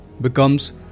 becomes